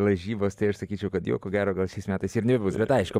lažybos tai aš sakyčiau kad jo ko gero gal šiais metais ir nebebus bet aišku